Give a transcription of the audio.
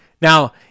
Now